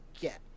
get